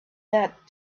that